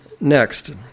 next